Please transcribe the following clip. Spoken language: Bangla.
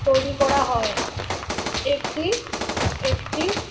তৈরি করা হয় এটি একটি